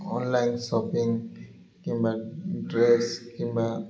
online shopping କିମ୍ବା dress କିମ୍ବା